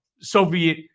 Soviet